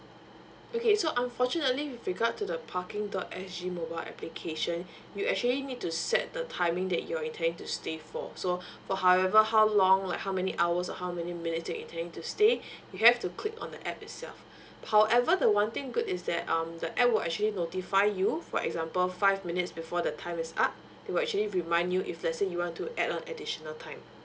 okay so unfortunately with regard to the parking dot s g mobile application you actually need to set the timing that you're intending to stay for so for however how long like how many hours or how many minutes you're intending to stay you have to click on the app itself however the one thing good is that um the app will actually notify you for example five minutes before the time is up to actually remind you if let's say you want to add on additional time